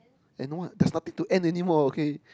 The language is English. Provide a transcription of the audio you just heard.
and what there's nothing to and anymore okay